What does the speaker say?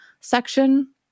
section